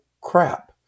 crap